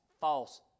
false